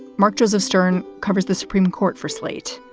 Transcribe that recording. mark joseph stern covers the supreme court for slate,